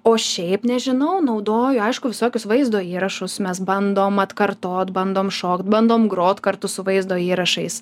o šiaip nežinau naudoju aišku visokius vaizdo įrašus mes bandom atkartot bandom šokt bandom grot kartu su vaizdo įrašais